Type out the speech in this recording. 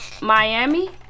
Miami